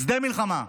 שדה מלחמה.